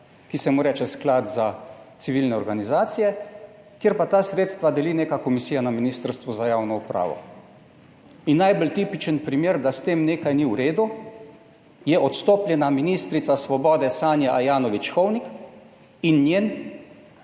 ki se mu reče Sklad za civilne organizacije, kjer pa ta sredstva deli neka komisija na Ministrstvu za javno upravo. In najbolj tipičen primer, da s tem nekaj ni v redu, je odstopljena ministrica svobode Sanja Ajanović Hovnik in njen,